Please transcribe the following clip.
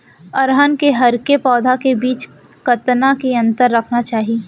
अरहर के हरेक पौधा के बीच कतना के अंतर रखना चाही?